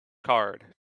card